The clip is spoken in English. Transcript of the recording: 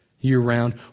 year-round